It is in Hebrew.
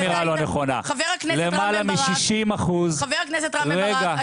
חבר הכנסת רם בן ברק,